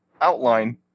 outline